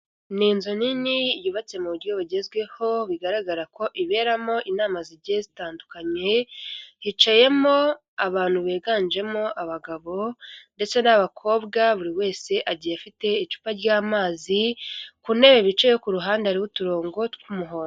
Ni inzu nini yubatse mu buryo bugezweho bigaragara ko iberamo inama zigiye zitandukanye, hicayemo abantu biganjemo abagabo ndetse n'abakobwa, buri wese agiye afite icupa ry'amazi ku ntebe bicayeho ku ruhande hariho uturongo tw'umuhondo.